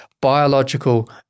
biological